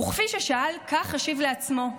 וכפי ששאל כך השיב לעצמו?